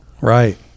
Right